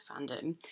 fandom